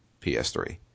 PS3